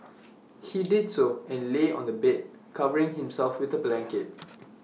he did so and lay on the bed covering himself with A blanket